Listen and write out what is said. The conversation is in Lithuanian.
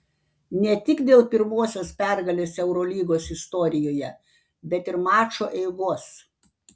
ne tik dėl pirmosios pergalės eurolygos istorijoje bet ir mačo eigos